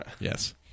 yes